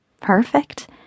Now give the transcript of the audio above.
perfect